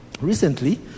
Recently